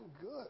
good